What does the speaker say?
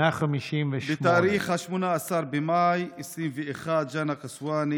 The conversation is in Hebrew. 158. בתאריך 18 במאי 2021 ג'נא קסוואני